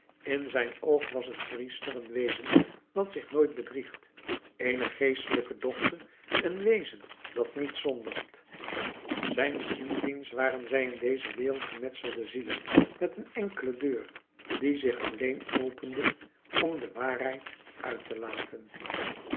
in zijn oog was een priester een wezen dat zich nooit bedriegt eene geestelijke dochter een wezen dat niet zondigt zijns inziens waren zij in deze wereld gemetselde zielen met een enkele deur die zich alleen opende om de waarheid uit te laten